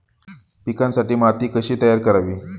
पिकांसाठी माती कशी तयार करावी?